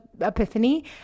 epiphany